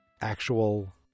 actual